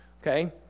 Okay